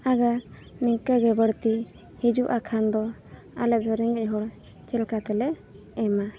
ᱟᱜᱟᱨ ᱱᱤᱝᱠᱟᱹᱜᱮ ᱵᱟᱹᱲᱛᱤ ᱦᱤᱡᱩᱜᱼᱟ ᱠᱷᱟᱱ ᱫᱚ ᱟᱞᱮ ᱫᱚ ᱨᱮᱸᱜᱮᱡ ᱦᱚᱲ ᱪᱮᱫ ᱞᱮᱠᱟ ᱛᱮᱞᱮ ᱮᱢᱟ